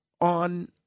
on